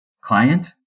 client